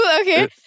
okay